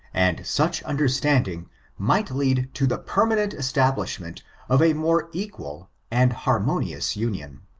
and such understanding might lead to the permanent establishment of a more equal and harmonious union.